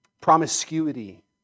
Promiscuity